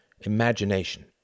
imagination